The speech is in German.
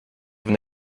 wenn